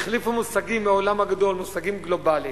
החליפו מושגים מהעולם הגדול, מושגים גלובליים.